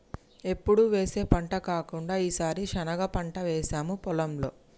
ఎప్పుడు వేసే పంట కాకుండా ఈసారి శనగ పంట వేసాము పొలంలో